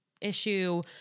issue